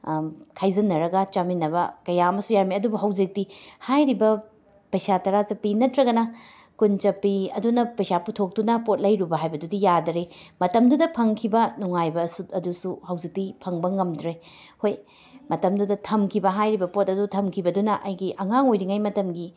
ꯈꯥꯏꯖꯤꯟꯅꯔꯒ ꯆꯥꯃꯤꯟꯅꯕ ꯀꯌꯥ ꯑꯃꯁꯨ ꯌꯥꯝꯃꯤ ꯑꯗꯨꯕꯨ ꯍꯧꯖꯤꯛꯇꯤ ꯍꯥꯏꯔꯤꯕ ꯄꯩꯁꯥ ꯇꯔꯥ ꯆꯠꯄꯤ ꯅꯠꯇ꯭ꯔꯒꯅ ꯀꯨꯟ ꯆꯠꯄꯤ ꯑꯗꯨꯅ ꯄꯩꯁꯥ ꯄꯨꯊꯣꯛꯇꯨꯅ ꯄꯣꯠ ꯂꯩꯔꯨꯕ ꯍꯥꯏꯕꯗꯨꯗꯤ ꯌꯥꯗꯔꯦ ꯃꯇꯝꯗꯨꯗ ꯐꯪꯈꯤꯕ ꯅꯨꯡꯉꯥꯏꯕ ꯁꯨ ꯑꯗꯨꯁꯨ ꯍꯧꯖꯤꯛꯇꯤ ꯐꯪꯕ ꯉꯝꯗ꯭ꯔꯦ ꯍꯣꯏ ꯃꯇꯝꯗꯨꯗ ꯊꯝꯈꯤꯕ ꯍꯥꯏꯔꯤꯕ ꯄꯣꯠ ꯑꯗꯨ ꯊꯝꯈꯤꯕꯗꯨꯅ ꯑꯩꯒꯤ ꯑꯉꯥꯡ ꯑꯣꯏꯔꯤꯉꯩ ꯃꯇꯝꯒꯤ